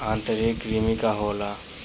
आंतरिक कृमि का होला?